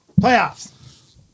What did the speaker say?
Playoffs